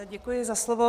Děkuji za slovo.